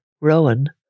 Rowan